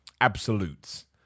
absolutes